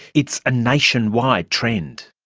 it's a nationwide trend.